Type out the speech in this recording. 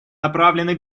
направлены